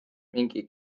mingi